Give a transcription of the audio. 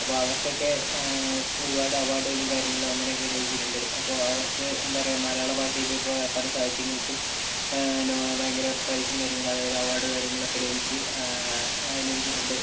അപ്പോൾ അവർക്കൊക്കെ ഒരുപാട് അവാർഡുകളും കാര്യങ്ങളും അങ്ങനെയൊക്കെ ലഭിച്ചിട്ടുണ്ട് അപ്പോൾ അവർക്ക് എന്താ പറയുക മലയാള ഭാഷയിൽ ഇപ്പോൾ പല സാഹിത്യങ്ങൾക്കും നോ ഭയങ്കര പ്രൈസും കാര്യങ്ങളും അതായത് അവാർഡ് കാര്യങ്ങളൊക്കെ ലഭിച്ച് ലഭിച്ചിട്ടുണ്ട്